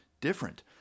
different